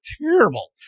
terrible